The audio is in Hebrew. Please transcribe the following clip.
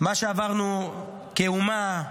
מה שעברנו כאומה,